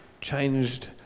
changed